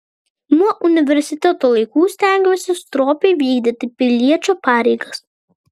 nuo universiteto laikų stengiuosi stropiai vykdyti piliečio pareigas